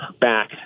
back